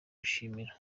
gushimira